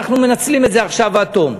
אנחנו מנצלים את זה עכשיו עד תום.